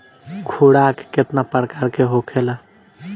खुराक केतना प्रकार के होखेला?